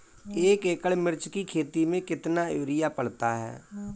एक एकड़ मिर्च की खेती में कितना यूरिया पड़ता है?